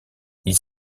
ils